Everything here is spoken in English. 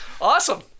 Awesome